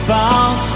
Found